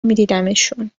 میدیدمشون